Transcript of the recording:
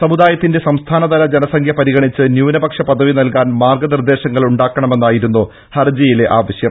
സമുദായത്തിന്റെ സംസ്ഥാനതല ജനസംഖ്യ പരിഗണിച്ച് ന്യൂനപക്ഷ പദവി നൽകാൻ മാർഗ്ഗ നിർദേശങ്ങൾ ഉണ്ടാക്കണമെന്നായിരുന്നു ഹർജിയിലെ ആവശ്യം